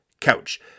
couch